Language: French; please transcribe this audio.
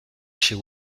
chez